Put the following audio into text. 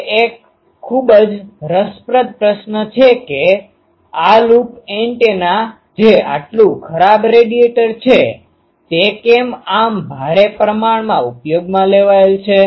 તે એક ખૂબ જ રસપ્રદ પ્રશ્ન છે કે આ લૂપ એન્ટેના જે આટલું ખરાબ રેડિએટર છે તે કેમ આમ ભારે પ્રમાણમાં ઉપયોગમાં લેવાય છે